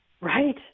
Right